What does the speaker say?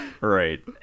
Right